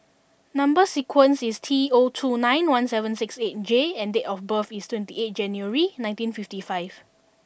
number sequence is T zero two nine one seven six eight J and date of birth is twenty eight January nineteen fifty five